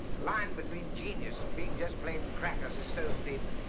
line between genius and being just plain crackers is so thin,